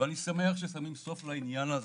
אני שמח ששמים סוף לעניין הזה.